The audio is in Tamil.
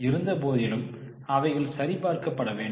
இருந்தபோதிலும் அவைகள் சரிபார்க்கப்பட வேண்டும்